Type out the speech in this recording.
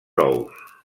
ous